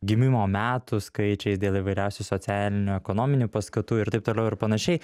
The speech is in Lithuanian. gimimo metų skaičiais dėl įvairiausių socialinių ekonominių paskatų ir taip toliau ir panašiai